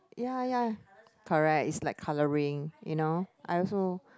ya ya correct it's like colouring you know I also